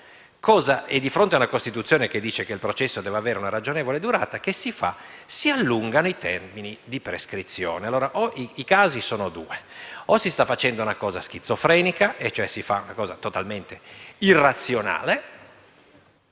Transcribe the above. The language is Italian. previsione della Costituzione stabilisce che il processo deve avere una ragionevole durata? Si allungano i termini di prescrizione. I casi sono due: o si sta facendo una cosa schizofrenica (ossia si fa una cosa totalmente irrazionale),